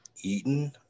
Eaton